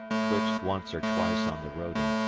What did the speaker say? twitched once or twice on the roding,